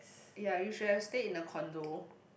ya you should have stayed in a condo